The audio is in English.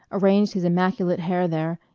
arranged his immaculate hair there,